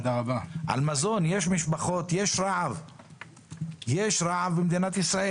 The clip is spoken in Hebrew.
יש רעב במדינת ישראל.